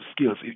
skills